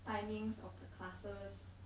timings of the classes